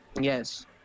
Yes